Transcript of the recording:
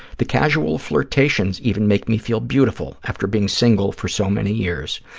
the casual flirtations even make me feel beautiful, after being single for so many years.